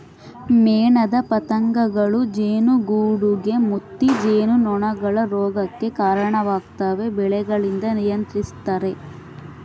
ಮೇಣದ ಪತಂಗಗಳೂ ಜೇನುಗೂಡುಗೆ ಮುತ್ತಿ ಜೇನುನೊಣಗಳ ರೋಗಕ್ಕೆ ಕರಣವಾಗ್ತವೆ ಬೆಳೆಗಳಿಂದ ನಿಯಂತ್ರಿಸ್ತರ